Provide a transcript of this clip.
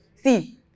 See